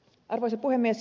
arvoisa puhemies